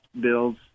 bills